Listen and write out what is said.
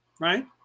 right